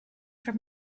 for